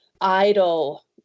idle